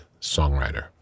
songwriter